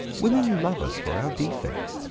women love us for our defects.